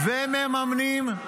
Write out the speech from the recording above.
ומה עם האלונקה של הצבא?